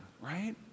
Right